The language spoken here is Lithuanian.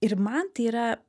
ir man tai yra